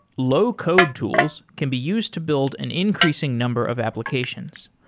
low-code tools can be used to build an increasing number of applications.